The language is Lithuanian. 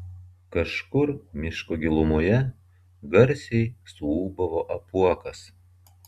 kažkur miško gilumoje garsiai suūbavo apuokas